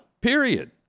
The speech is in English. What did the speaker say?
Period